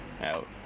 Out